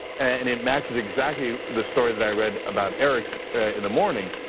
and it matches exactly the story that i read about eric's in the morning.